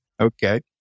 Okay